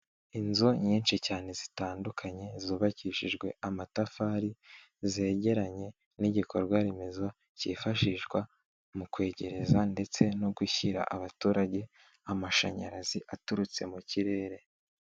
Inzu nyinshi cyane zitandukanye zubakishijwe amatafari, zegeranye n'igikorwa remezo cyifashishwa mu kwegereza ndetse no gushyira abaturage amashanyarazi aturutse mu kirere.